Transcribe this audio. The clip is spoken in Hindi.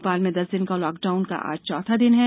भोपाल में दस दिन का लॉकडाउन का आज चौथा दिन है